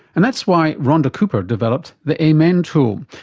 and that's why rhonda cooper developed the amen tool.